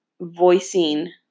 voicing